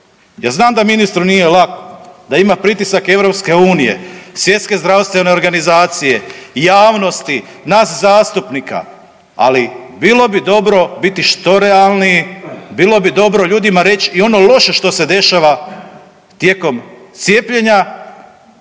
Ja znam da ministru nije lako, da ima pritisak i EU, Svjetske zdravstvene organizacije, javnosti, nas zastupnika ali bilo bi dobro biti što realniji, bilo bi dobro ljudima reći i ono loše što se dešava tijekom cijepljenja